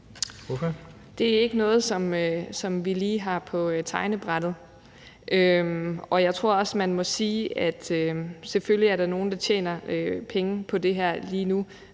Det er ikke noget, som vi lige har på tegnebrættet. Jeg tror også, man må sige, at selvfølgelig er der nogle, der tjener penge på det her lige nu,